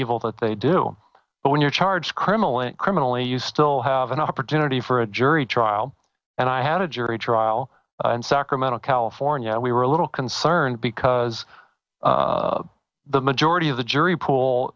evil that they do but when you're charged criminally criminally you still have an opportunity for a jury trial and i had a jury trial and sacramento california we were a little concerned because the majority of the jury pool